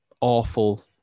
awful